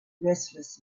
restless